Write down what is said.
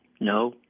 no